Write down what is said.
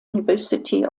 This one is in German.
university